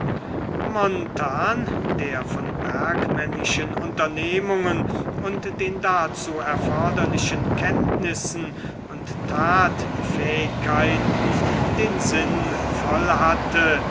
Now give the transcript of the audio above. der von bergmännischen unternehmungen und den dazu erforderlichen kenntnissen und tatfähigkeiten den sinn voll hatte